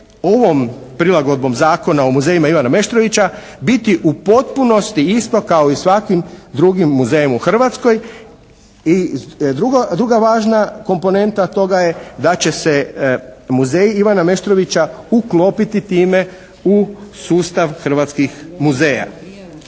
ovom prilagodnom Zakona o muzeju Ivana Meštrovića biti u potpunosti isto kao i svakim drugim muzejem u Hrvatskoj. I druga važna komponenta toga je da će se muzeji Ivana Meštrovića uklopiti time u sustav hrvatskih muzeja.